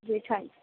جی thanks